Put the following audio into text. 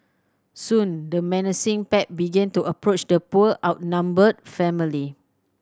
soon the menacing pack began to approach the poor outnumbered family